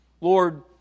Lord